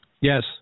Yes